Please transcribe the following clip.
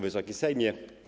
Wysoki Sejmie!